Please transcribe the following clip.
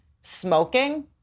smoking